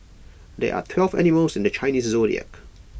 there are twelve animals in the Chinese Zodiac